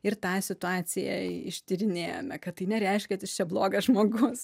ir tą situaciją ištyrinėjome kad tai nereiškia kad aš čia blogas žmogus